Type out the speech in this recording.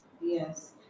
yes